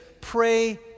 pray